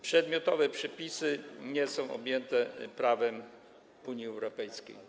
Przedmiotowe przepisy nie są objęte prawem Unii Europejskiej.